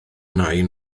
nain